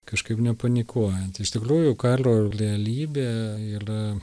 kažkaip nepanikuojant iš tikrųjų karo realybė yra